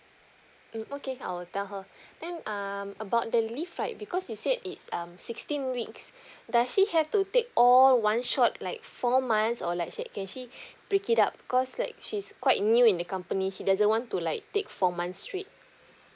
mm okay I'll tell her then um about the leave right because you said it's um sixteen weeks does she have to take all one shot like four months or like she can she break it up cause like she's quite new in the company she doesn't want to like take four months straight